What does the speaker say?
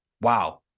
Wow